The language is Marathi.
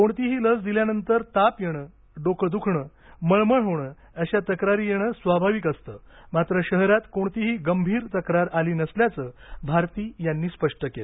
कोणतीही लस दिल्यानंतर ताप येणं डोकं दुखणं मळमळ होणे अशा तक्रारी येणे स्वाभाविक असतं मात्र शहरात कोणतीही गंभीर तक्रार आली नसल्याचं भारती यांनी स्पष्ट केलं